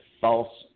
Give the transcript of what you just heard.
false